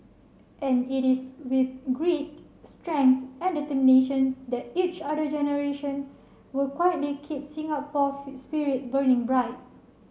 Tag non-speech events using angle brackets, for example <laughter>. and it is with grit strength and determination that each other generation will quietly keep Singapore <unintelligible> spirit burning bright